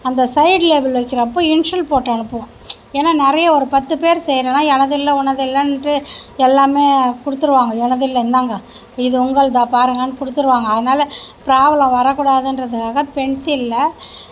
அந்த side label வைக்கிறப்போ initial போட்டு அனுப்புவோம் ஏன்னா நிறைய வரும் ஒரு பத்து பேர் செய்கிறோம்னா எனது இல்லை உனது இல்லைன்ட்டு எல்லாம் குடுத்துடுவாங்க எனது இல்லை இந்தாங்க இது உங்களுதா பாருங்கன்னு குடுத்துடுவாங்க அதனால் ப்ராப்ளம் வர கூடாதுன்றதுக்காக பென்சிலில்